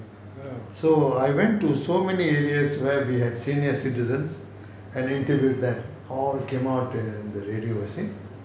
so I went to so many areas where we had senior citizens and interviewed them all came out in the radios